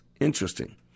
Interesting